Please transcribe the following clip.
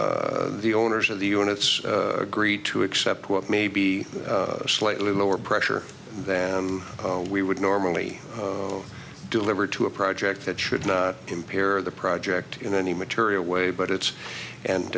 the owners of the units agreed to accept what may be a slightly lower pressure than we would normally deliver to a project that should not impair the project in any material way but it's and